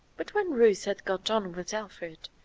but when ruth had got done with alfred,